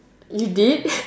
you did